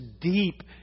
deep